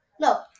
No